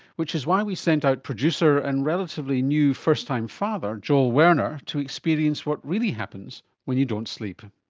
which is why we sent our producer and relatively new first-time father, joel werner, to experience what really happens when you don't sleep.